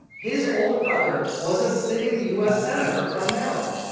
his older brother was a sitting u s. senator from maryland,